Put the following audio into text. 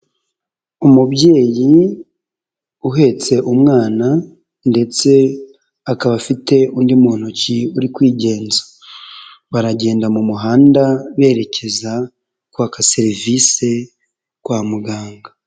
Umubyeyi uhetse umwana ndetse akaba afite undi mu ntoki uri kwigenza, baragenda mu muhanda berekeza kwaka serivise kwa muganga.